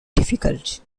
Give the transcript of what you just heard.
difficult